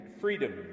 freedom